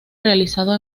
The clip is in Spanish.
realizado